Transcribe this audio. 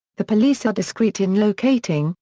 the police are discrete in locating,